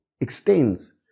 extends